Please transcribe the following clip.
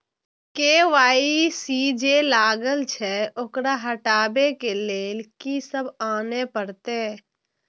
KYC जे लागल छै ओकरा हटाबै के लैल की सब आने परतै?